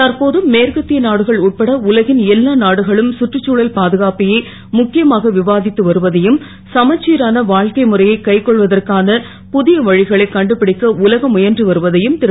தற்போது மேற்கத் ய நாடுகள் உட்பட உலகின் எல்லா நாடுகளும் சுற்றுச்சூழல் பாதுகாப்பையே முக்கியமாக விவா த்து வருவதையும் சமச்சிரான வா க்கை முறையை கைக்கொள்வதற்கான பு ய வ களை கண்டுபிடிக்க உலகம் முயன்று வருவதையும் ரு